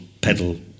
pedal